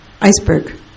iceberg